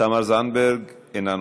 תמר זנדברג, אינה נוכחת.